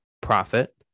profit